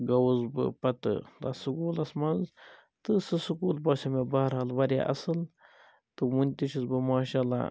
گوٚوُس بہٕ پَتہٕ تتھ سکوٗلَس مَنٛز تہٕ سُہ سکوٗل باسیٛو مےٚ بہرحال واریاہ اصٕل تہٕ وُنہِ تہِ چھُس بہٕ ماشاء اللہ